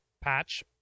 patch